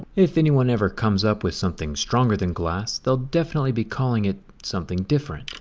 if anyone ever comes up with something stronger than glass, they'll definitely be calling it something different.